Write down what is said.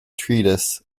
treatise